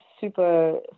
super